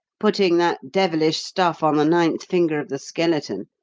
putting that devilish stuff on the ninth finger of the skeleton,